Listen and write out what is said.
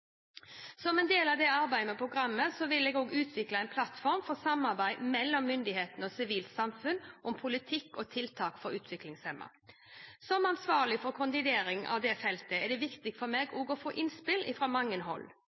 Som en del av arbeidet med programmet vil jeg utvikle en plattform for samarbeid mellom myndigheter og sivilt samfunn om politikk og tiltak for utviklingshemmede. Som ansvarlig for koordinering av feltet er det viktig for meg å få innspill fra mange hold.